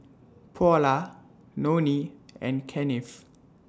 Paula Nonie and Kennith